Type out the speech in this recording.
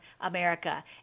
America